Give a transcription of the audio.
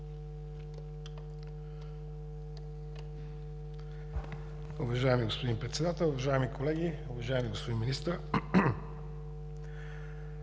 възможност